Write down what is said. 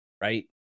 right